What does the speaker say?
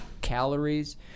calories